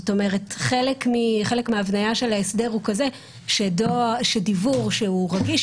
חלק מההבניה של ההסדר הוא כזה שדיוור שהוא רגיש